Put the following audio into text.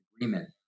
agreement